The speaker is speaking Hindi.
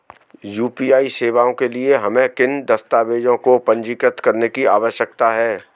यू.पी.आई सेवाओं के लिए हमें किन दस्तावेज़ों को पंजीकृत करने की आवश्यकता है?